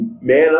Man